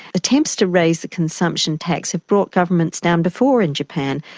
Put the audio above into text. attempts to raise the consumption tax have brought governments down before in japan,